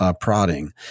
prodding